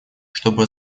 чтобы